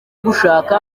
gushaka